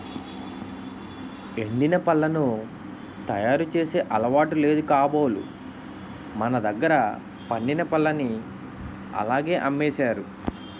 ఎండిన పళ్లను తయారు చేసే అలవాటు లేదు కాబోలు మనదగ్గర పండిన పల్లని అలాగే అమ్మేసారు